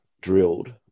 drilled